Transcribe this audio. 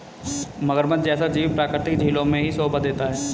मगरमच्छ जैसा जीव प्राकृतिक झीलों में ही शोभा देता है